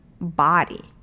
body